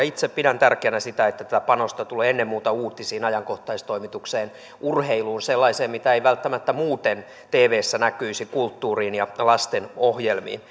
itse pidän tärkeänä sitä että tätä panosta tulee ennen muuta uutisiin ajankohtaistoimitukseen urheiluun sellaiseen mitä ei välttämättä muuten tvssä näkyisi kulttuuriin ja lastenohjelmiin